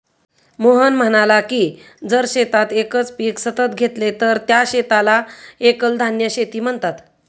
मोहन म्हणाला की जर शेतात एकच पीक सतत घेतले तर त्या शेताला एकल धान्य शेती म्हणतात